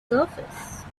surface